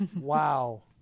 Wow